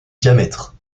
diamètre